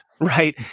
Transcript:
right